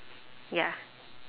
ya